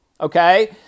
okay